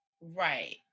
Right